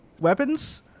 weapons